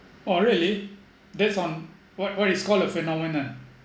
oh really that's on what what it's called a phenomenon